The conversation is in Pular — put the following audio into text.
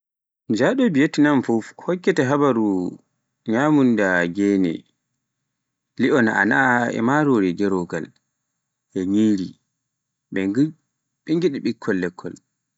Njaɗo Viatnam fuf, hokkete habaruu, nyamunda gene, li'o na'ana e marori gerogal, e nyiri ɓe ngiɗi ɓikkol lekkol.